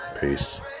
Peace